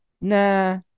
nah